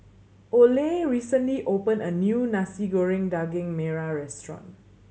Oley recently opened a new Nasi Goreng Daging Merah restaurant